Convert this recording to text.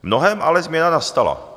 V mnohém ale změna nastala.